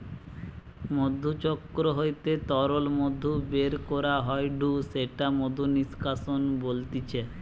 মধুচক্র হইতে তরল মধু বের করা হয়ঢু সেটা মধু নিষ্কাশন বলতিছে